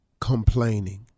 complaining